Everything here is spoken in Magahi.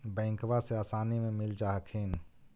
बैंकबा से आसानी मे मिल जा हखिन?